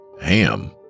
ham